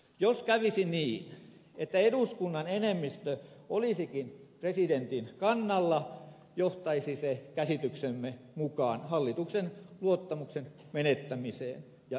jos kävisi niin että eduskunnan enemmistö olisikin presidentin kannalla johtaisi se käsityksemme mukaan hallituksen luottamuksen menettämiseen ja eroamiseen